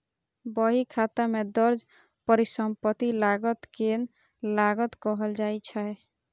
बहीखाता मे दर्ज परिसंपत्ति लागत कें लागत कहल जाइ छै